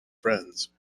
friends